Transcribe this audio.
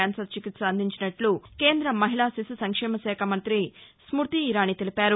cancer చికిత్స అందించినట్లు కేంద్ర మహిళా శిశు సంక్షేమశాఖ మంత్రి స్మృతి ఇరానీ తెలిపారు